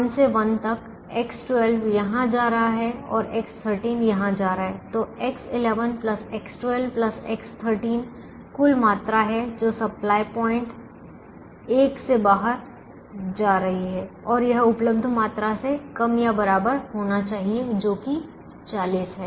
1 से 1 तक X12 यहां जा रहा है और X13 यहां जा रहा है तो X11 X12 X13 कुल मात्रा है जो सप्लाई पॉइंट एक से बाहर जा रही है और यह उपलब्ध मात्रा से कम या बराबर होना चाहिए जो कि 40 है